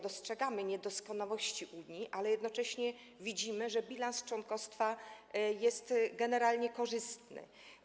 Dostrzegamy niedoskonałości Unii, ale jednocześnie widzimy, że bilans członkostwa jest generalnie korzystny.